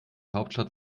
hauptstadt